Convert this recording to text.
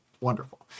wonderful